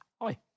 Hi